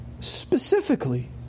Specifically